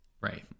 Right